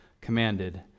commanded